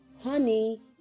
honey